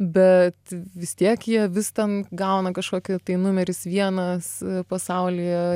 bet vis tiek jie vis ten gauna kažkokį tai numeris vienas pasaulyje